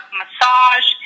massage